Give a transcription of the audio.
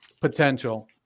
potential